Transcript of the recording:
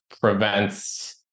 prevents